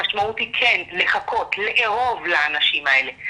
המשמעות היא כן לחכות, לארוב לאנשים האלה.